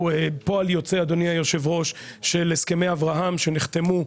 הוא פועל יוצא אדוני היושב ראש של הסכמי אברהם נחתמו,